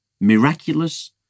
miraculous